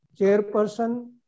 chairperson